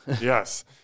Yes